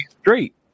straight